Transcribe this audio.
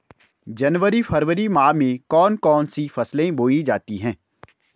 जनवरी फरवरी माह में कौन कौन सी फसलें बोई जाती हैं?